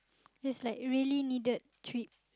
that's like really needed trip